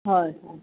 হয় হয়